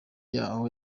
yayo